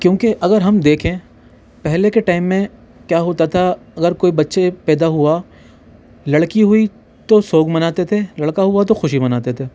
کیونکہ اگر ہم دیکھیں پہلے کے ٹائم میں کیا ہوتا تھا اگر کوئی بچہ پیدا ہوا لڑکی ہوئی تو سوگ مناتے تھے لڑکا ہوا تو خوشی مناتے تھے